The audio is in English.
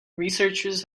researchers